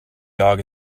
dog